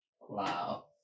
wow